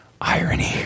Irony